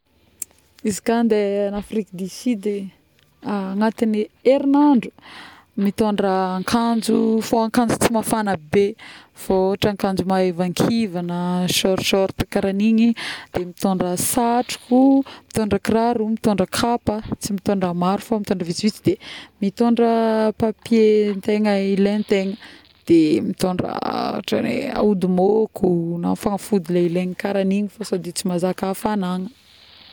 izy ka andeha en afrique du sud agnatin'herinandro mitondra akanjo, fô akanjo tsy mafagna be fô ôhatra akanjo maivankivagna shor- short kara igny, de mitôndra satroko, mitôndra kiraro, mitôndro kapa, tsy mitôndra maro fa vitsivitsy de mitôndra papier-ntegna le tegna ilaign-tegna, de mitôndra˂noise˃ ôhatra hoe aody môko na fagnafody ilaigny kara igny fa sôdy tsy mazaka hafagnana